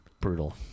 Brutal